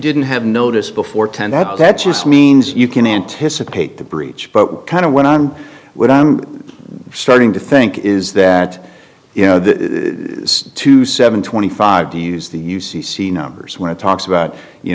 didn't have notice before ten that that just means you can anticipate the breach but kind of went on what i'm starting to think is that you know that to seven twenty five to use the u c c numbers when it talks about you